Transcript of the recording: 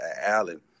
Allen